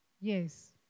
Yes